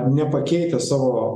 nepakeitę savo